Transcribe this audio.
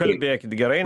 kalbėkit gerai